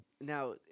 Now